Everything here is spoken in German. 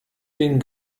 den